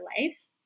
life